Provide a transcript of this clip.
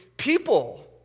people